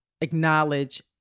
acknowledge